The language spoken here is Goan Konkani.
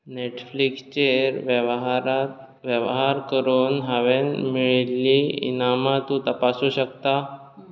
नॅटफ्लिक्सचेर वेव्हारा वेव्हार करून हांवेंन मेळयल्लीं इनामां तूं तपासूं शकता